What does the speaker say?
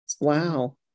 Wow